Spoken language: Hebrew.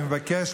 אני מבקש,